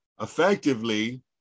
effectively